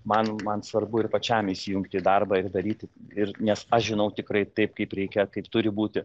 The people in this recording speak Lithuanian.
man man svarbu ir pačiam įsijungti į darbą ir daryti ir nes aš žinau tikrai taip kaip reikia kaip turi būti